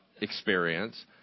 experience